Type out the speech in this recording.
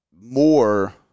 more